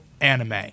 anime